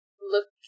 look